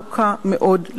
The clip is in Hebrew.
ארוכה מאוד,